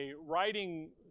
writing